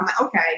Okay